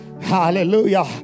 Hallelujah